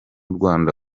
rwanda